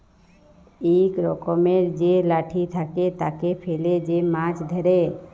ইক রকমের যে লাঠি থাকে, তাকে ফেলে যে মাছ ধ্যরে